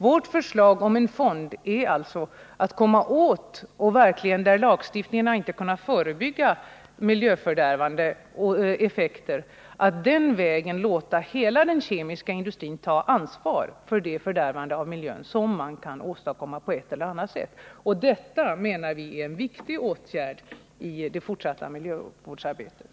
Vårt förslag om en fond har syftet att komma åt och verkligen — där lagstiftningen inte har kunnat förebygga miljöfördärvande effekter — den vägen låta hela den kemiska industrin ta ansvar för det fördärvande av miljön som har åstadkommits på ett eller annat sätt. Detta menar vi är en viktig åtgärd i det fortsatta miljövårdsarbetet.